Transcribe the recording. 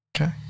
Okay